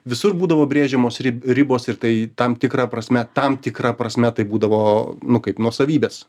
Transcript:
visur būdavo brėžiamos ribos ir tai tam tikra prasme tam tikra prasme tai būdavo nu kaip nuosavybės